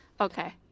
Okay